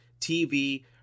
TV